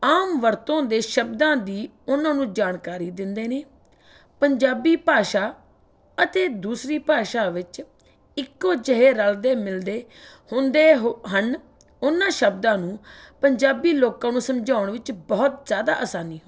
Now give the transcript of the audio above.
ਆਮ ਵਰਤੋਂ ਦੇ ਸ਼ਬਦਾਂ ਦੀ ਉਹਨਾਂ ਨੂੰ ਜਾਣਕਾਰੀ ਦਿੰਦੇ ਨੇ ਪੰਜਾਬੀ ਭਾਸ਼ਾ ਅਤੇ ਦੂਸਰੀ ਭਾਸ਼ਾ ਵਿੱਚ ਇੱਕੋ ਜਿਹੇ ਰਲਦੇ ਮਿਲਦੇ ਹੁੰਦੇ ਹੋ ਹਨ ਉਹਨਾਂ ਸ਼ਬਦਾਂ ਨੂੰ ਪੰਜਾਬੀ ਲੋਕਾਂ ਨੂੰ ਸਮਝਾਉਣ ਵਿੱਚ ਬਹੁਤ ਜ਼ਿਆਦਾ ਅਸਾਨੀ ਹੁੰਦੀ ਹੈ